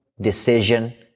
decision